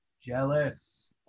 Jealous